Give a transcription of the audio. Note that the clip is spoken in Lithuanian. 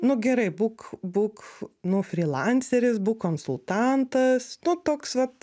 nu gerai būk būk nu frylanceris būk konsultantas nu toks vat